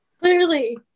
Clearly